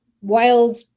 wild